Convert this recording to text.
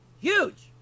Huge